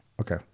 okay